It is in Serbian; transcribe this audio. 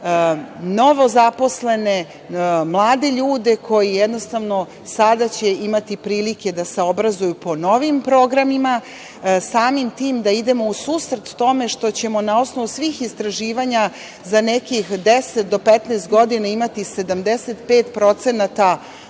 novozaposlene, mlade ljude koji jednostavno sada će imati prilike da se obrazuju po novim programima, samim tim da idemo u susret tome što ćemo na osnovu svih istraživanja za nekih 10 do 15 godina imati 75%